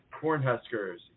Cornhuskers